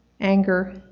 anger